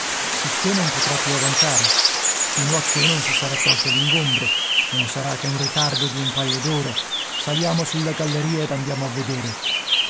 sicché non potrà più avanzare fino a che non si sarà tolto l'ingombro non sarà che un ritardo di un paio d'ore saliamo sulla galleria ed andiamo a vedere